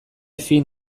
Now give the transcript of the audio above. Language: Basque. fin